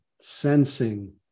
sensing